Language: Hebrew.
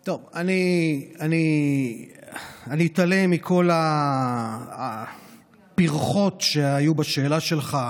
טוב, אני אתעלם מכל הפִרכות שהיו בשאלה שלך,